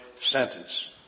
sentence